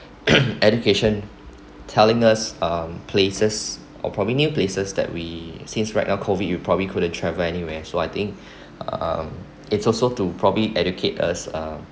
education telling us um places or probably new places that we since right now COVID we probably couldn't travel anywhere so I think um it's also too probably educate us uh